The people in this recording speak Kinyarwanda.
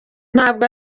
ntabwo